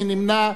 מי נמנע?